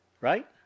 right